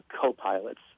co-pilots